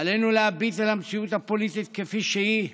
עלינו להביט אל המציאות הפוליטית כפי שהיא,